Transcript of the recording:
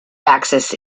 axis